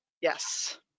Yes